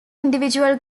individual